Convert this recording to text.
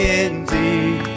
indeed